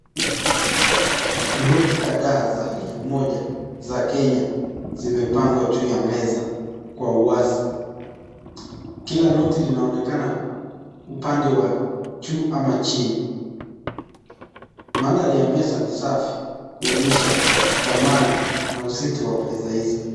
Noti kadhaa za elfu moja za Kenya zimepangwa juu ya meza kwa uwazi. Kila noti linaonekana upande wa juu ama chini. Mandhari ya meza ni safi kuonyesha dhamani na uzito wa pesa hizo.